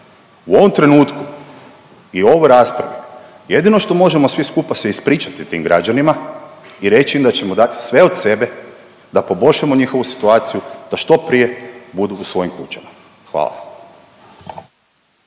U ovom trenutku i u ovoj raspravi jedino što možemo svi skupa se ispričati tim građanima i reći im da ćemo dati sve od sebe da poboljšamo njihovu situaciju da što prije budu u svojim kućama, hvala.